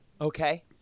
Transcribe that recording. Okay